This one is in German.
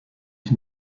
ich